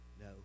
no